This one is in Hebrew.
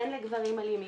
הן לגברים אלימים,